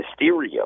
Mysterio